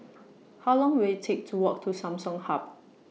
How Long Will IT Take to Walk to Samsung Hub